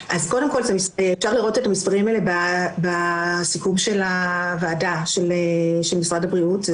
אפשר לראות את המספרים האלה בסיכום הוועדה של משרד הבריאות,